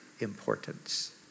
importance